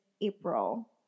april